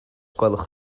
gwelwch